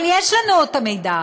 אבל יש לנו מידע.